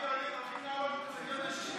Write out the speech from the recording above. מרגי, הם הולכים להעלות את זה ל-60